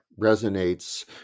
resonates